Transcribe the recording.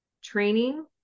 training